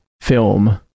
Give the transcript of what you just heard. film